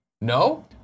No